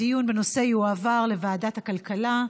הדיון בנושא יועבר לוועדת הכלכלה.